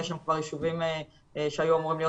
יש שם כבר ישובים שהיו אמורים להיות